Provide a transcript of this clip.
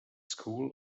school